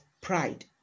pride